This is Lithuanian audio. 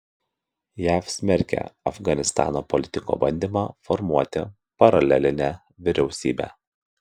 jav smerkia afganistano politiko bandymą formuoti paralelinę vyriausybę